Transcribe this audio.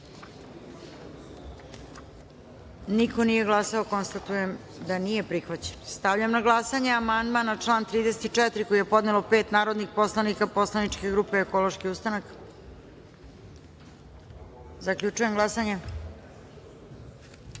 niko nije glasao. Konstatujem da amandman nije prihvaćen. Stavljam na glasanje amandman na član 34. koji je podnelo pet narodnih poslanika poslaničke grupe Ekološki ustanak. Zaključujem glasanje: